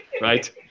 Right